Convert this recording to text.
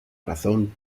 razón